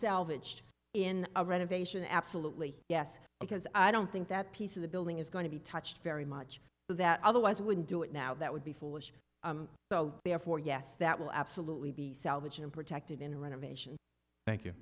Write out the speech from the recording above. salvaged in a renovation absolutely yes because i don't think that piece of the building is going to be touched very much that otherwise wouldn't do it now that would be foolish so therefore yes that will absolutely be salvaged and protected in a renovation thank you